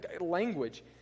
language